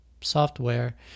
software